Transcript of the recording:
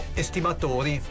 estimatori